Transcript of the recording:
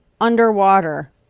underwater